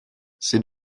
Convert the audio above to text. c’est